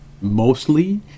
mostly